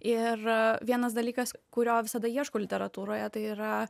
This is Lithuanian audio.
ir vienas dalykas kurio visada ieškau literatūroje tai yra